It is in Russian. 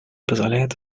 позволяет